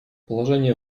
положение